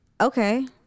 Okay